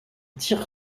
tire